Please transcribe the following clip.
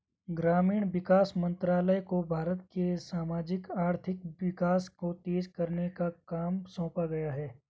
ग्रामीण विकास मंत्रालय को भारत के सामाजिक आर्थिक विकास को तेज करने का काम सौंपा गया है